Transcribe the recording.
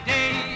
Day